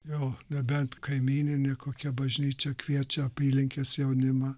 jo nebent kaimyninė kokia bažnyčia kviečia apylinkės jaunimą